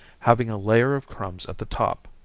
having a layer of crumbs at the top.